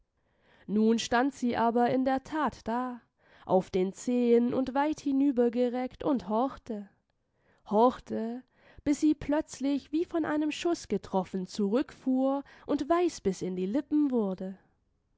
nun stand sie aber in der that da auf den zehen und weit hinübergereckt und horchte horchte bis sie plötzlich wie von einem schuß getroffen zurückfuhr und weiß bis in die lippen wurde